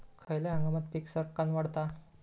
खयल्या हंगामात पीका सरक्कान वाढतत?